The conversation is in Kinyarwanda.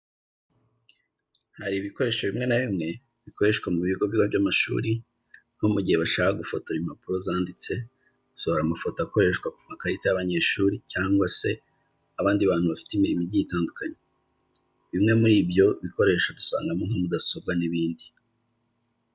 Hari ibikoresho bimwe na bimwe bikoreshwa mu bigo by'amashuri nko mu gihe bashaka gufotora impapuro zanditse, gusohora amafoto akoreshwa ku makarita y'abanyeshuri cyangwa se abandi bantu bafite imirimo igiye itandukanye. Bimwe muri ibyo bikoresho dusangamo nka mudasobwa n'ibindi.